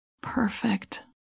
Perfect